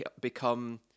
become